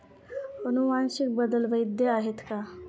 अनुवांशिक बदल वैध आहेत का?